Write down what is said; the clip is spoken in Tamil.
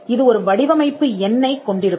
இது ஒரு வடிவமைப்பு எண்ணைக் கொண்டிருக்கும்